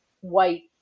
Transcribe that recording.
white